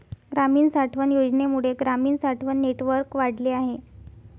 ग्रामीण साठवण योजनेमुळे ग्रामीण साठवण नेटवर्क वाढले आहे